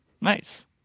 Nice